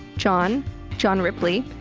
john john ripley,